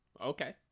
Okay